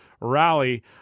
Rally